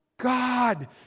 god